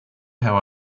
how